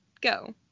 go